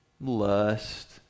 lust